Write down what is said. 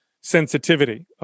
sensitivity